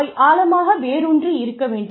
அவை ஆழமாக வேரூன்றி இருக்க வேண்டும்